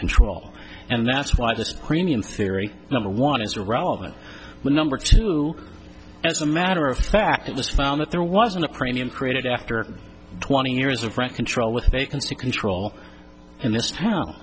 control and that's why this premium theory number one is relevant but number two as a matter of fact it was found that there wasn't a premium created after twenty years of rent control with they can see control in this town